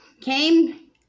came